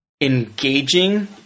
engaging